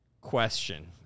question